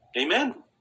Amen